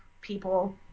people